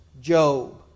Job